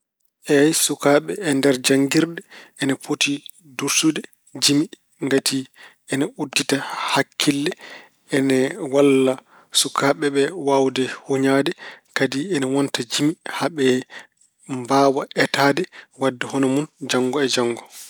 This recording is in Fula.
Eey, sukaaɓe e nder janngirɗe ina poti dursude jime. Ngati ine uddita hakkille ene walla sukaaɓe waawde huñaade kadi ina wonta jimi haa ɓe mbaawa etaade waɗde hono mun janngo e janngo.